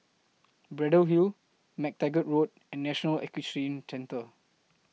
Braddell Hill MacTaggart Road and National Equestrian Centre